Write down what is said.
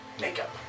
makeup